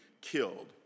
killed